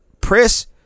press